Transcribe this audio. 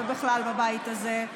ובכלל בבית הזה.